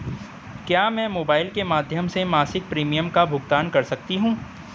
क्या मैं मोबाइल के माध्यम से मासिक प्रिमियम का भुगतान कर सकती हूँ?